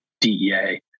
DEA